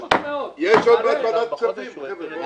יש עוד מעט ועדת כספים, חבר'ה.